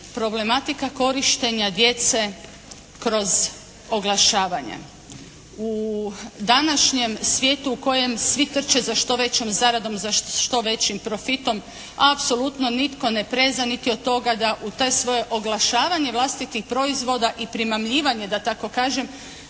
problematika korištenja djece kroz oglašavanja. U današnjem svijetu u kojem svi trče za što većom zaradom, za što većim profitom, apsolutno nitko ne preza niti od toga da u to svoje oglašavanje vlastitih proizvoda i primamljivanje da tako kažem